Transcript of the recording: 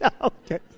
Okay